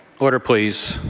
order, please.